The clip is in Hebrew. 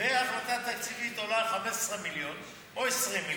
והחלטה תקציבית עולה 15 מיליון או 20 מיליון,